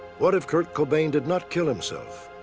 what if kurt cobain did not kill himself?